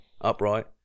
upright